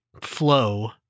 flow